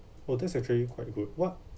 oh that's actually quite good [what]